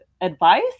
advice